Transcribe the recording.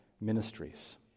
ministries